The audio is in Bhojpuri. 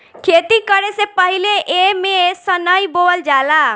खेती करे से पहिले एमे सनइ बोअल जाला